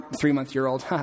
three-month-year-old